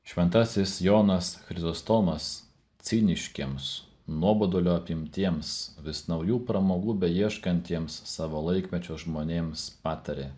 šventasis jonas chrizostomas ciniškiems nuobodulio apimtiems vis naujų pramogų beieškantiems savo laikmečio žmonėms patarė